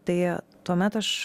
tai tuomet aš